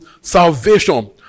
salvation